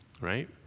right